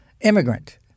immigrant